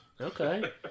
Okay